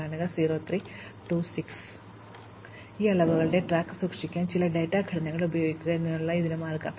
അതിനാൽ ഈ അളവുകളുടെ ട്രാക്ക് സൂക്ഷിക്കാൻ ചില ഡാറ്റ ഘടനകൾ ഉപയോഗിക്കുക എന്നതാണ് ഇതിനുള്ള മാർഗം